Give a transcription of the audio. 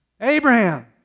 Abraham